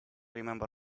remember